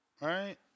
Right